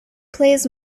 plays